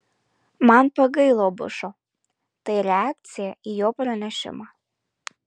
man pagailo bušo tai reakcija į jo pranešimą